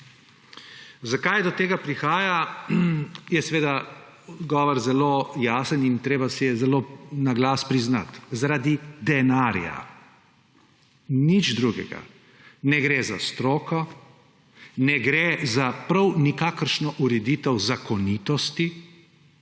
zakaj do tega prihaja, je odgovor zelo jasen in treba si je zelo na glas priznati – zaradi denarja. Nič drugega. Ne gre za stroko, ne gre za prav nikakršno ureditev zakonitosti.